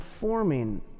forming